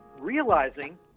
realizing